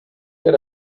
get